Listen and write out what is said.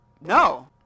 No